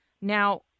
Now